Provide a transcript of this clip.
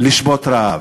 לשבות רעב.